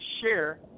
share